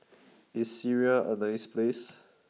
is Syria a nice place